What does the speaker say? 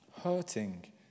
hurting